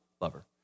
lover